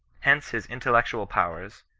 hence his in tellectual powers,